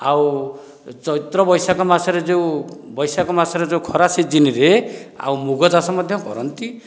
ଆଉ ଚୈତ୍ର ବୈଶାଖ ମାସରେ ଯେଉଁ ବୈଶାଖ ମାସରେ ଯେଉଁ ଖରା ସିଜିନିରେ ଆଉ ମୁଗଚାଷ ମଧ୍ୟ କରନ୍ତି